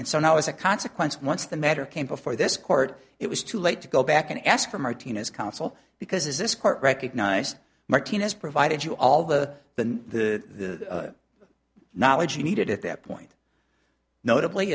and so now as a consequence once the matter came before this court it was too late to go back and ask for martinez counsel because as this court recognized martinez provided you all the than the knowledge you needed at that point notably